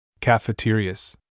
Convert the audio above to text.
Cafeterias